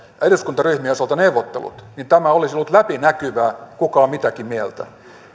eduskuntaryhmien osalta neuvottelut niin tämä olisi ollut läpinäkyvää kuka on mitäkin mieltä